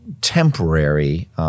temporary